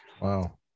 wow